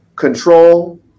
Control